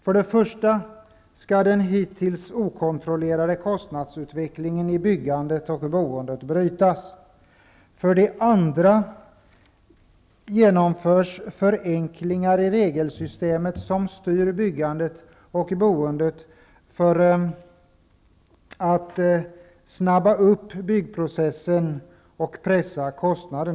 För det första skall den hittills okontrollerade kostnadsutvecklingen i byggandet och boendet brytas. För det andra genomförs förenklingar i regelsystemet som styr byggandet och boendet för att snabba på byggprocessen och pressa kostnader.